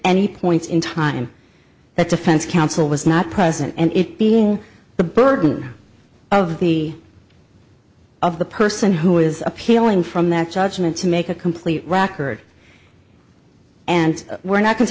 any points in time that defense counsel was not present and it being the burden of the of the person who is appealing from that judgment to make a complete record and we're not